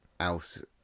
Else